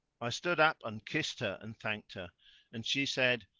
i stood up and kissed her and thanked her and she said,